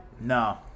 no